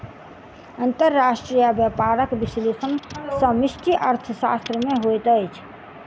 अंतर्राष्ट्रीय व्यापारक विश्लेषण समष्टि अर्थशास्त्र में होइत अछि